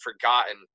forgotten